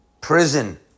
prison